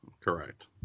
Correct